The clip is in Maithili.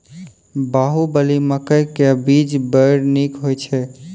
बाहुबली मकई के बीज बैर निक होई छै